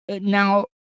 now